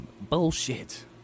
Bullshit